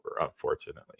unfortunately